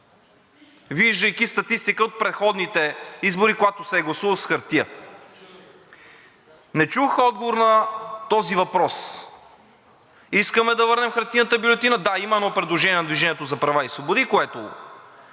виждайки статистика от предходните избори, когато се е гласувало с хартия? Не чух отговор на този въпрос. Искаме да върнем хартиената бюлетина – да, има едно предложение на „Движението за права и свободи“, което